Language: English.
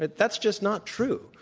but that's just not true.